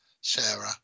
Sarah